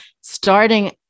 starting